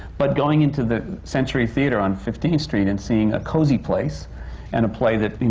but going into the century theatre on fifteenth street and seeing a cozy place and a play that,